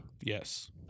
Yes